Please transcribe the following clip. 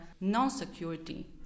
non-security